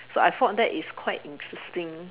so I thought that is quite interesting